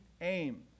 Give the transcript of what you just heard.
aim